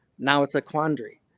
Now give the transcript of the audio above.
now it's a quandary.